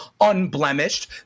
unblemished